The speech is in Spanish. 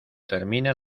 termina